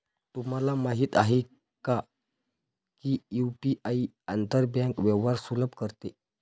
तुम्हाला माहित आहे का की यु.पी.आई आंतर बँक व्यवहार सुलभ करते?